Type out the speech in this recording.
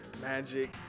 magic